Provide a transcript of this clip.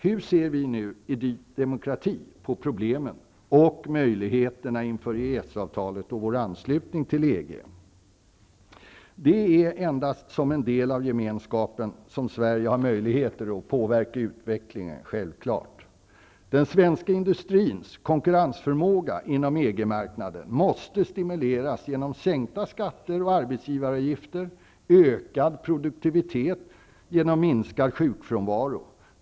Hur ser vi nu i Ny Demokrati på problemen och möjligheterna inför EES-avtalet och Sveriges anslutning till EG? Det är självfallet endast som en del av Gemenskapen som Sverige har möjligheter att påverka utvecklingen. Den svenska industrins konkurrensförmåga inom EG-marknaden måste stimuleras genom sänkta skatter och arbetsgivaravgifter samt en ökad produktivitet genom minskad sjukfrånvaro.